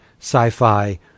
sci-fi